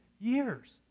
years